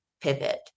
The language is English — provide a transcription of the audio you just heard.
pivot